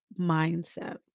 mindset